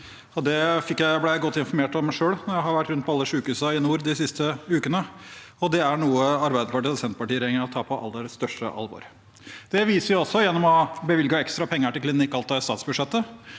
jeg blitt godt informert om selv når jeg har vært rundt på alle sykehusene i nord de siste ukene, og det er noe Arbeiderparti–Senterparti-regjeringen tar på aller største alvor. Det viser vi også gjennom å bevilge ekstra penger til Klinikk Alta i statsbudsjettet.